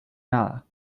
nada